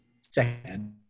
second